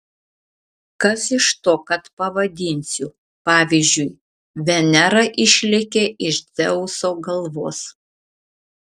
kas iš to kad pavadinsiu pavyzdžiui venera išlėkė iš dzeuso galvos